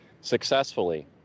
successfully